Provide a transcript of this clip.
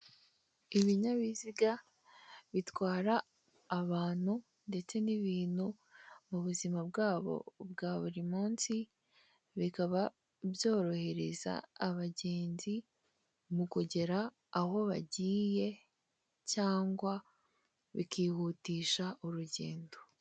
Ibinyabiziga bitwara abantu ndetse n'ibintu mu buzima bwabo bwa buri munsi bikaba byorohereza abagenzi mu kugera aho bagiye cyangwa bikihutisha urugendo.